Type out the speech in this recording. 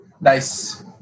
Nice